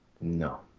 No